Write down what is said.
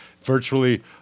virtually